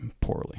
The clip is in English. poorly